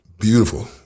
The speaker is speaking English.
Beautiful